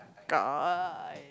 got